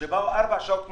שנסעו ארבע שעות לכאן.